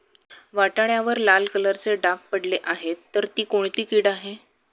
वाटाण्यावर लाल कलरचे डाग पडले आहे तर ती कोणती कीड आहे?